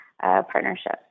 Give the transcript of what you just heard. partnership